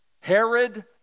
Herod